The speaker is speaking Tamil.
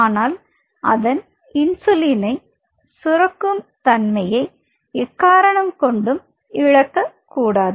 ஆனால் அதன் இன்சுலினை சுரக்கும் தன்மையை எக்காரணம் கொண்டும் இழக்க கூடாது